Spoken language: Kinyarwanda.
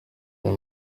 uyu